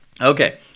Okay